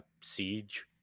Siege